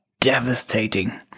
devastating